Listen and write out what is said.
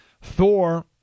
Thor